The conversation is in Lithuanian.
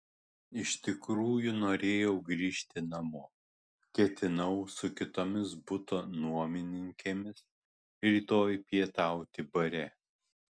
iš tikrųjų norėjau grįžti namo ketinau su kitomis buto nuomininkėmis rytoj pietauti bare